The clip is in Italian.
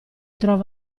trova